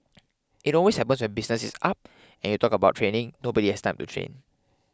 it always happens when business is up and you talk about training nobody has time to train